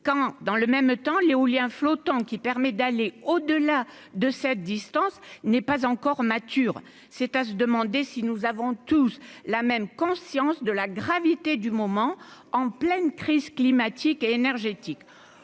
quand dans le même temps l'éolien flottant qui permet d'aller au-delà de cette distance n'est pas encore mature, c'est à se demander si nous avons tous la même conscience de la gravité du moment, en pleine crise climatique et énergétique